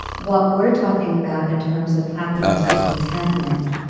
what we're talking about, in terms of happiness, or contentment,